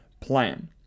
plan